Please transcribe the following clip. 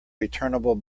returnable